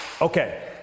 Okay